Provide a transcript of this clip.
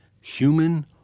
human